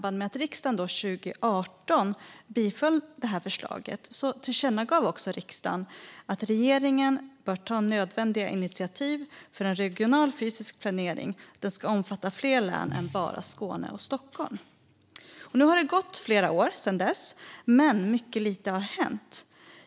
När riksdagen 2018 biföll detta förslag tillkännagav riksdagen att regeringen bör ta nödvändiga initiativ för att regional fysisk planering ska omfatta fler län än bara Skåne och Stockholm. Nu har flera år gått, men mycket lite har hänt.